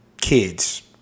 kids